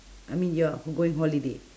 I mean you are going holiday